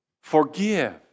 Forgive